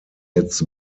its